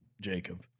Jacob